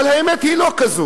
אבל האמת היא לא כזאת.